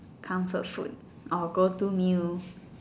comfort food or go to meal